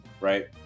right